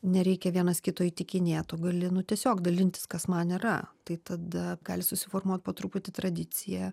nereikia vienas kito įtikinėt o gali nu tiestiog dalintis kas man yra tai tada gali susiformuot po truputį tradicija